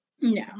No